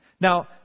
Now